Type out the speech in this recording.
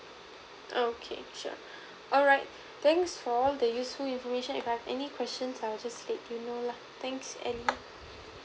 okay sure alright thanks for all the useful information if I have any questions I'll just let you know lah thank ally